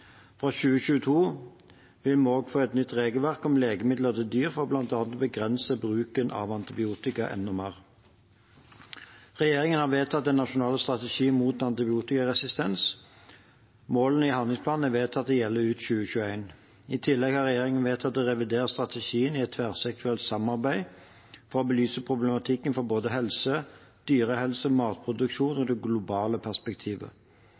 Fra 2022 vil vi også få et nytt regelverk om legemidler til dyr for bl.a. å begrense bruken av antibiotika enda mer. Regjeringen har vedtatt den nasjonale strategien mot antibiotikaresistens. Målene i handlingsplanene er vedtatt å gjelde ut 2021. I tillegg har regjeringen vedtatt å revidere strategien i et tverrsektorielt samarbeid for å belyse problematikken når det gjelder både helsesektoren, dyrehelse, matproduksjon og det globale perspektivet.